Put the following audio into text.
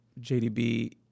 JDB